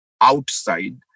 outside